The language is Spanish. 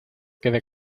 quede